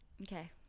Okay